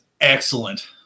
excellent